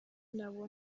nabo